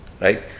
right